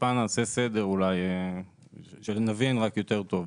נעשה קצת סדר כדי שנבין יותר טוב.